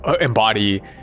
embody